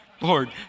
Lord